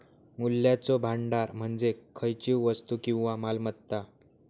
मूल्याचो भांडार म्हणजे खयचीव वस्तू किंवा मालमत्ता